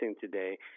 today